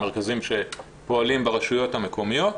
מרכזים שפועלים ברשויות המקומיות,